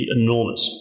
enormous